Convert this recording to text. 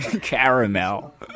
Caramel